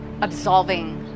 absolving